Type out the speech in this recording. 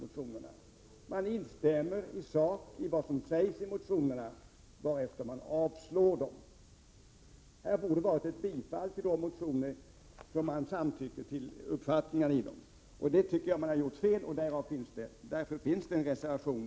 Man instämmer i sak i vad som sägs i motionerna, varefter man avstyrker dem. Här borde man ha tillstyrkt motionerna, eftersom man samtycker till de uppfattningar som där framförs. Jag tycker att man alltså har handlat fel, och det är därför som det finns en reservation.